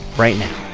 right now?